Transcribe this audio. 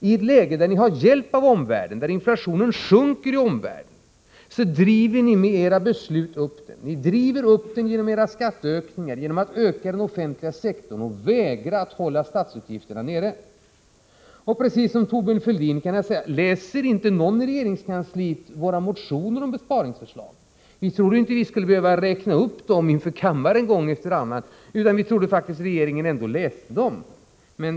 I ett läge där ni har hjälp av omvärlden, där inflationen sjunker i omvärlden, driver ni med era beslut upp inflationen. Ni driver upp den genom era skatteökningar, genom utökning av den offentliga sektorn och vägran att hålla statsutgifterna nere. Jag kan, precis som Thorbjörn Fälldin gjorde, ställa följande fråga: Läser inte någon i regeringskansliet våra motioner om besparingsförslag? Vi trodde inte att vi skulle behöva räkna upp dessa inför kammaren gång efter annan, utan vi trodde faktiskt att regeringen läste dem.